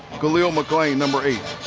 ah mcclain, number eight.